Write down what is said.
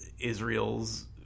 Israel's